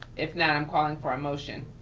if not, i'm calling for a motion.